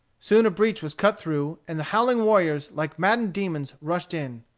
soon a breach was cut through, and the howling warriors like maddened demons rushed in.